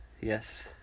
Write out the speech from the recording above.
Yes